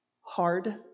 hard